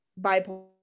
bipolar